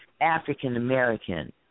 African-American